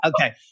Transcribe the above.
Okay